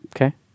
Okay